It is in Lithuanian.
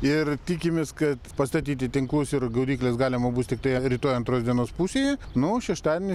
ir tikimės kad pastatyti tinklus ir gaudykles galima bus tiktai rytoj antros dienos pusėje nu šeštadienį